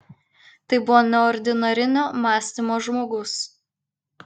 tai buvo neordinarinio mąstymo žmogus